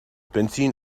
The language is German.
benzin